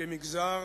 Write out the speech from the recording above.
כמגזר